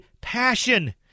passion